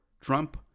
Trump